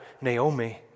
Naomi